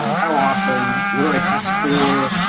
um how often? what do i test for?